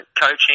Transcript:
coaching